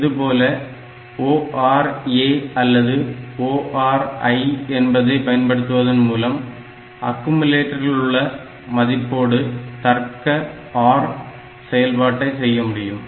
இதுபோல ORA அல்லது ORI என்பதை பயன்படுத்துவதன் மூலம் அக்குமுலேட்டரிலுள்ள மதிப்போடு தர்க்க OR செயல்பாட்டை செய்ய முடியும்